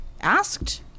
asked